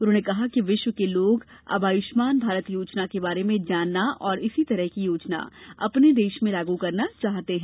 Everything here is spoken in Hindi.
उन्होंने कहा कि विश्व के लोग अब आयुष्मान भारत योजना के बारे में जानना और इसी तरह की योजना अपने देश में लागू करना चाहते हैं